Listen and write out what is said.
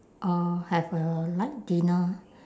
uh have a light dinner